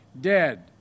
dead